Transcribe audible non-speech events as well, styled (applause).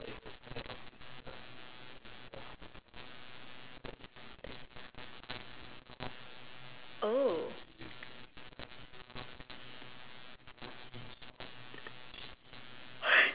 oh (laughs)